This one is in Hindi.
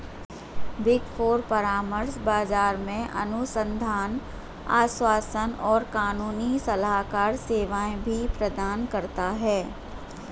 बिग फोर परामर्श, बाजार अनुसंधान, आश्वासन और कानूनी सलाहकार सेवाएं भी प्रदान करता है